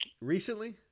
recently